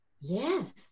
Yes